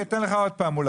אני אולי אתן לך עוד פעם.